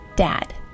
dad